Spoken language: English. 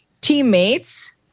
teammates